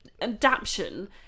adaption